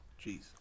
Jeez